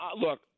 Look